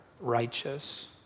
righteous